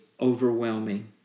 overwhelming